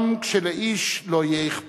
גם כשלאיש לא יהיה אכפת.